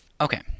Okay